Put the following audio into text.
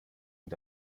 und